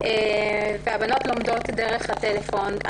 והבנות לומדות דרך הטלפון.